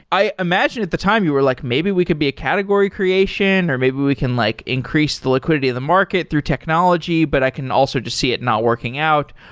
i imagine at the time, you were like, maybe we could be a category creation, or maybe we can like increase the liquidity of the market through technology, but i can also just see it not working out.